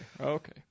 okay